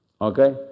Okay